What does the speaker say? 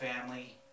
family